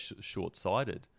short-sighted